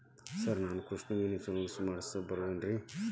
Sir ನಾನು ಕೃಷಿಗೂ insurance ಮಾಡಸಬಹುದೇನ್ರಿ?